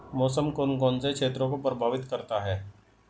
मौसम कौन कौन से क्षेत्रों को प्रभावित करता है?